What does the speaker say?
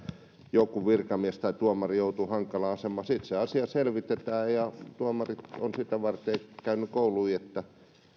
joku virkamies tai tuomari joutuu hankalaan asemaan sitten se asia selvitetään ja tuomarit ovat sitä varten käyneet kouluja että